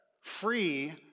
free